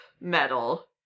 Metal